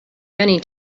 many